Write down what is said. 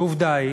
ועובדה היא